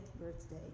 birthday